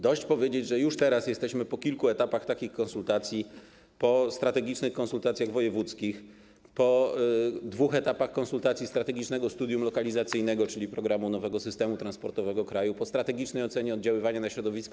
Dość powiedzieć, że już teraz jesteśmy po kilku etapach takich konsultacji, po strategicznych konsultacjach wojewódzkich, po dwóch etapach konsultacji strategicznego studium lokalizacyjnego, czyli programu nowego systemu transportowego kraju, po strategicznej ocenie oddziaływania na środowisko.